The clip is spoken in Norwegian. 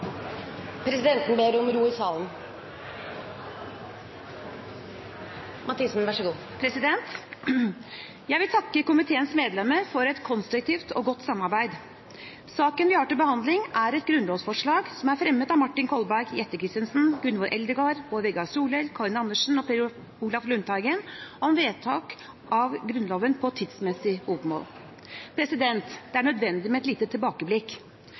presidenten ble enstemmig besluttet: Søknadene behandles straks og innvilges. Følgende vararepresentanter innkalles for å møte i permisjonstiden: For Akershus fylke: Mani Hussaini For Telemark fylke: Olav Urbø Mani Hussaini og Olav Urbø er til stede og vil ta sete. Jeg vil takke komiteens medlemmer for et konstruktivt og godt samarbeid. Saken vi har til behandling, er et grunnlovsforslag som er fremmet av Martin Kolberg, Jette F. Christensen, Gunvor Eldegard, Bård Vegar Solhjell, Karin Andersen